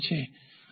પ્રતિકાર